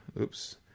Oops